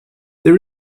there